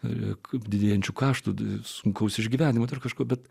ir kaip didėjančių krašto sunkaus išgyvenimo ar kažko bet